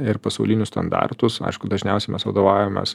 ir pasaulinius standartus aišku dažniausiai mes vadovaujamės